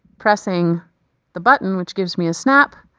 pressing the button which gives me a snap,